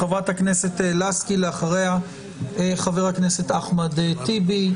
חברת הכנסת לסקי, אחריה חבר הכנסת אחמד טיבי.